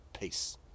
Peace